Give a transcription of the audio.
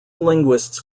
linguists